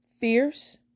fierce